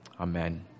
Amen